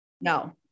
No